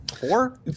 four